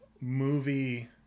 movie